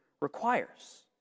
requires